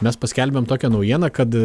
mes paskelbėm tokią naujieną kad